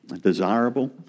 desirable